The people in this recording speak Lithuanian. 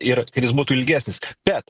ir kad jis būtų ilgesnis bet